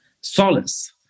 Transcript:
solace